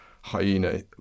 hyena